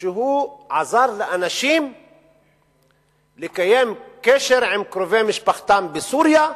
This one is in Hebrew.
שהוא עזר לאנשים לקיים קשר עם קרובי משפחתם בסוריה,